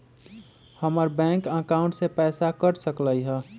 हमर bank account से पैसा कट सकलइ ह?